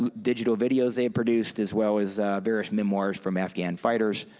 digital videos they had produced as well as various memoirs from afghan fighters,